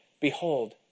Behold